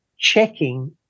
checking